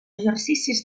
exercicis